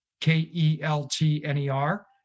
K-E-L-T-N-E-R